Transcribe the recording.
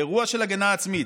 באירוע של הגנה עצמית,